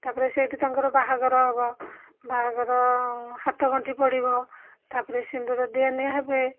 ତା'ପରେ ସେଇଠି ତାଙ୍କର ବାହାଘର ହବ ବାହାଘର ହାତ ଗଣ୍ଠି ପଡ଼ିବ ତା'ପରେ ସିନ୍ଦୁର ଦିଆ ନିଆ ହେବେ